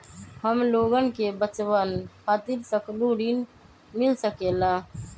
हमलोगन के बचवन खातीर सकलू ऋण मिल सकेला?